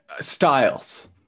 Styles